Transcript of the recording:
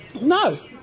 no